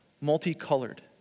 multicolored